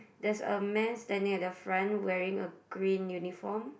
there's a man standing at the front wearing a green uniform